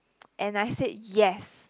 and I said yes